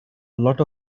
lot